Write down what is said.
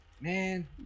Man